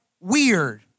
weird